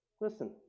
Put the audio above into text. Listen